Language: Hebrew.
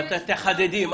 תחדדי.